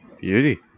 Beauty